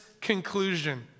conclusion